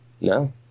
no